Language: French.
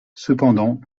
cependant